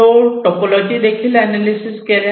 flow topology देखील analysis केल्या